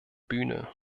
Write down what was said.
bühne